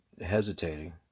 hesitating